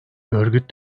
örgüt